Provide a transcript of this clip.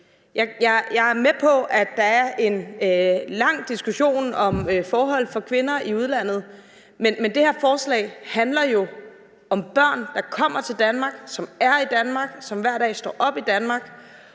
Jeg er med på, at der er en lang diskussion om forhold for kvinder i udlandet. Men det her forslag handler jo om børn, der kommer til Danmark, som er i Danmark, som hver dag står op i Danmark,